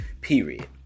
period